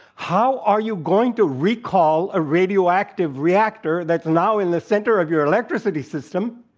how are you going to recall a radioactive reactor that's now in the center of your electricity system?